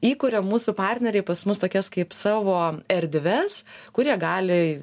įkuria mūsų partneriai pas mus tokias kaip savo erdves kur jie gali